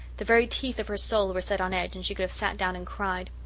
the very teeth of her soul were set on edge and she could have sat down and cried.